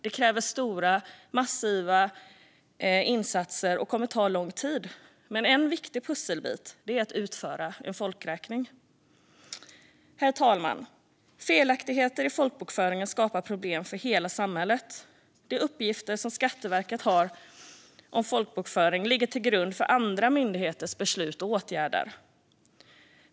Det kräver massiva insatser och kommer att ta lång tid, men en viktig pusselbit är att utföra folkräkning. Herr talman! Felaktigheter i folkbokföringen skapar problem för hela samhället. De folkbokföringsuppgifter som Skatteverket har ligger till grund för flera andra myndigheters beslut och åtgärder.